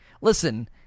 Listen